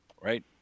right